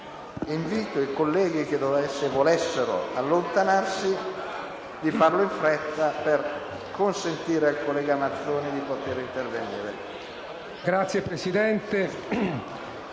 Invito i colleghi che desiderano allontanarsi di farlo in fretta per consentire al collega Mazzoni di intervenire.